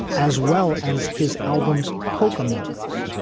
as well as his albums poca medleys,